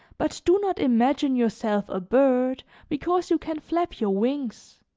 but do not imagine yourself a bird because you can flap your wings.